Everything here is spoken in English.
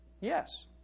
Yes